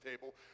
table